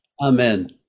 Amen